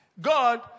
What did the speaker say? God